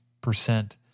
percent